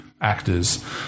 actors